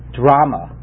drama